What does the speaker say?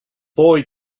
boy